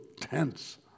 tense